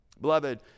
beloved